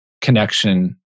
connection